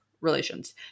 relations